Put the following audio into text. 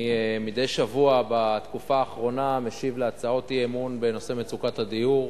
אני מדי שבוע בתקופה האחרונה משיב על הצעות אי-אמון בנושא מצוקת הדיור.